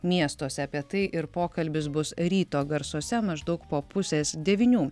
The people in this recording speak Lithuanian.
miestuose apie tai ir pokalbis bus ryto garsuose maždaug po pusės devynių